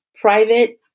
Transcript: private